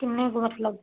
ਕਿੰਨੇ ਕੁ ਮਤਲਬ